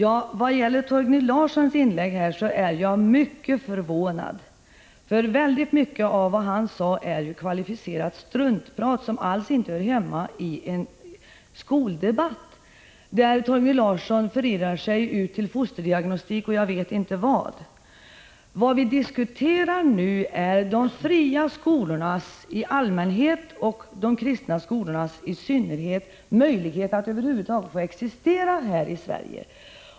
Herr talman! Jag är mycket förvånad över Torgny Larssons inlägg. Väldigt mycket av det han sade är kvalificerat struntprat som inte alls hör hemma i en skoldebatt. Torgny Larsson förirrar sig ut till fosterdiagnostik och jag vet inte vad. Vad vi nu diskuterar är de fria skolornas i allmänhet och de kristnas skolornas i synnerhet möjlighet att över huvud taget få existera här i Sverige.